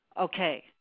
okay